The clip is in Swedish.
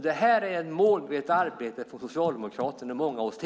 Det har varit ett målmedvetet arbete från Socialdemokraternas sida under många år.